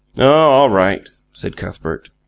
oh, all right, said cuthbert.